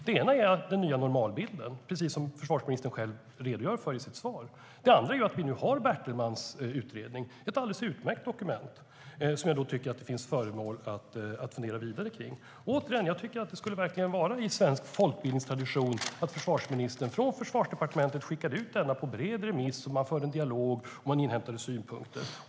Det ena är den nya normalbilden, som försvarsministern själv redogör för i sitt svar. Det andra är att vi har Bertelmans utredning som är ett alldeles utmärkt dokument och som det finns anledning att fundera vidare på. Det skulle som sagt vara i svensk folkbildningstradition att försvarsministern skickade ut denna från Försvarsdepartementet på bred remiss, förde en dialog och inhämtade synpunkter.